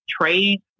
trade